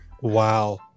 Wow